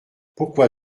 pourquoi